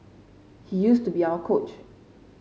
he used to be our coach